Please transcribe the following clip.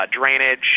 drainage